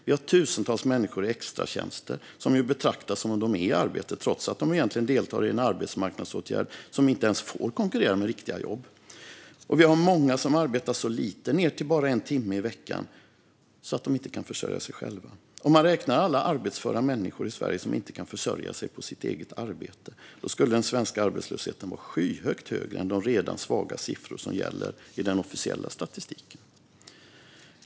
Vi har tusentals människor i extratjänster som vi betraktar som om de är i arbete, trots att de egentligen deltar i en arbetsmarknadsåtgärd som inte ens får konkurrera med riktiga jobb. Och vi har många som arbetar så lite, ned till bara en timme i veckan, att de inte kan försörja sig själva. Om man räknade alla arbetsföra människor i Sverige som inte kan försörja sig på sitt eget arbete skulle den svenska arbetslösheten vara skyhögt högre än de redan svaga siffror som gäller i den officiella statistiken.